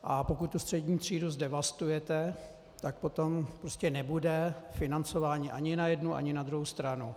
A pokud střední třídu zdevastujete, tak potom prostě nebude financování ani na jednu ani na druhou stranu.